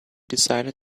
decided